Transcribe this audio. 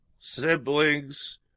siblings